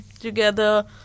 together